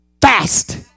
fast